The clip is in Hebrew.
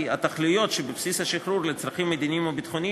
התכליות שבבסיס השחרור לצרכים מדיניים או ביטחוניים